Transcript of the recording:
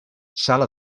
sala